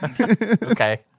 Okay